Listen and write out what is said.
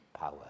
power